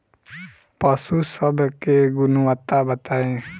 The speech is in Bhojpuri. पशु सब के गुणवत्ता बताई?